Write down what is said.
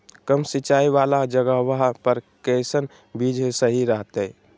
कम सिंचाई वाला जगहवा पर कैसन बीज सही रहते?